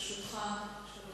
לרשותך שלוש